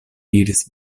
diris